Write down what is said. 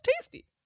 tasty